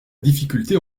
difficulté